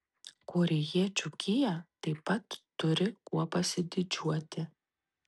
korėjiečių kia taip pat turi kuo pasididžiuoti